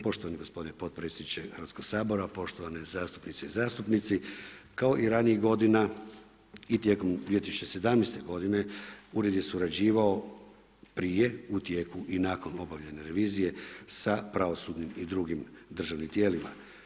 Poštovani gospodine potpredsjedniče Hrvatskog sabora, poštovane zastupnice i zastupnici, kao i ranijih godina i tijekom 2017. godine Ured je surađivao prije, u tijeku i nakon obavljene revizije sa pravosudnim i drugim državnim tijelima.